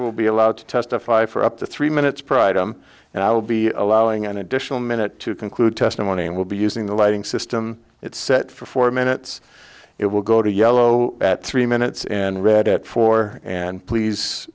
will be allowed to testify for up to three minutes prior to him and i will be allowing an additional minute to conclude testimony and will be using the lighting system it's set for four minutes it will go to yellow at three minutes and read at four and please